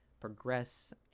progress